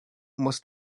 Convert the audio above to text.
muss